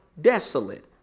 desolate